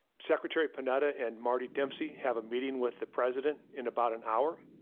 secretary panetta and marty dempsey have a meeting with the president in about an hour.